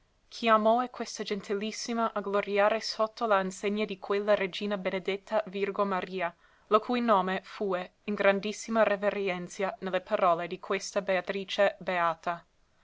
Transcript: giustizia chiamòe questa gentilissima a gloriare sotto la insegna di quella regina benedetta virgo maria lo cui nome fue in grandissima reverenzia ne le parole di questa beatrice beata